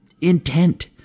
intent